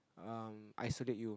um isolate you